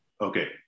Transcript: okay